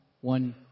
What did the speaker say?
One